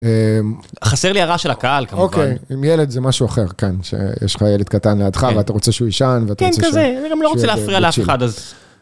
חסר לי הרע של הקהל כמובן. אוקיי, עם ילד זה משהו אחר כאן, שיש לך ילד קטן לידך, ואתה רוצה שהוא ישן, ואתה רוצה שהוא... כן, כזה, אני גם לא רוצה להפריע לאף אחד אז...